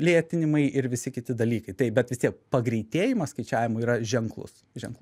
lėtinimai ir visi kiti dalykai tai bet vis tiek pagreitėjimas skaičiavimų yra ženklus ženklus